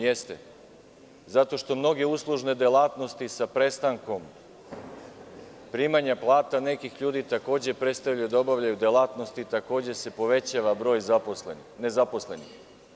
Jeste, zato što mnoge uslužne delatnosti sa prestankom primanja plata nekih ljudi, takođe predstavljaju da obavljaju delatnosti i takođe se povećava broj nezaposlenih.